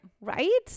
Right